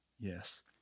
yes